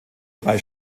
drei